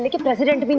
the president i mean